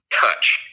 touch